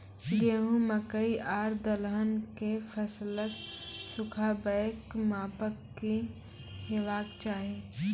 गेहूँ, मकई आर दलहन के फसलक सुखाबैक मापक की हेवाक चाही?